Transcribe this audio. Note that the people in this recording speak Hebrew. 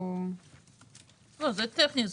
זה טכני.